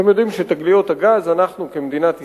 אתם יודעים שתגליות הגז, אנחנו כמדינת ישראל,